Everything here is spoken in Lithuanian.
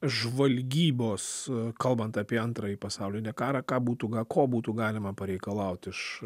žvalgybos kalbant apie antrąjį pasaulinį karą ką būtų ga ko būtų galima pareikalaut iš